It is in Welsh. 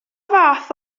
fath